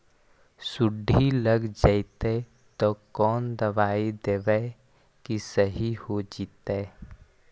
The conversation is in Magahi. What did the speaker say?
सुंडी लग जितै त कोन दबाइ देबै कि सही हो जितै?